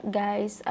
guys